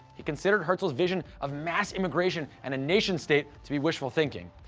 he considered herzl's vision of mass immigration and a nation-state to be wishful thinking.